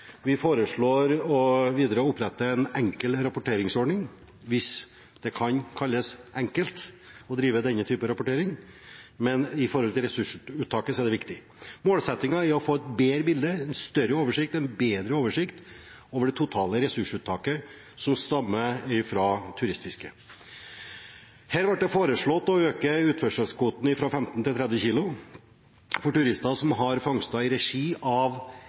Vi foreslår videre å opprette en enkel rapporteringsordning – hvis denne typen rapportering kan kalles «enkel» å drive. Men for ressursuttaket er det viktig. Målsettingen er å få et bedre bilde, en større og bedre oversikt over det totale ressursuttaket som stammer fra turistfisket. Her ble det foreslått å øke utførselskvoten fra 15 kg til 30 kg for turister som har fangstet i regi av